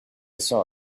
saw